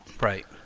Right